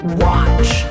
watch